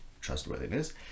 trustworthiness